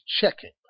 checking